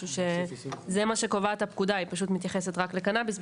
זה מה שקובעת הפקודה; היא פשוט מתייחסת רק לקנביס.